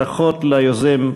ברכות ליוזם,